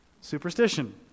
superstition